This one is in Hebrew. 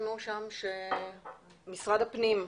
עוזי אהרון,